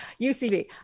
UCB